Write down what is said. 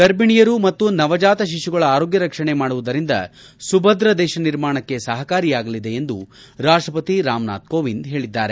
ಗರ್ಭಿಣಿಯರು ಮತ್ತು ನವಜಾತ ಶಿಶುಗಳ ಆರೋಗ್ಯ ರಕ್ಷಣೆ ಮಾಡುವುದರಿಂದ ಸುಭದ್ರ ದೇಶ ನಿರ್ಮಾಣಕ್ಕೆ ಸಹಕಾರಿಯಾಗಲಿದೆ ಎಂದು ರಾಷ್ಟ್ರಪತಿ ರಾಮನಾಥ್ ಕೋವಿಂದ್ ಹೇಳಿದ್ದಾರೆ